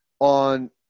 on